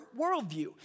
worldview